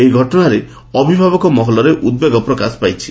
ଏହି ଘଟଣାରେ ଅଭିଭାବକ ମହଲରେ ଉଦ୍ବେଗ ପ୍ରକାଶ ପାଇଛି